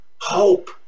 hope